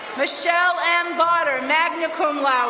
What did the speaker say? michelle m. botter, magna cum laude.